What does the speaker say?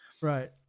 right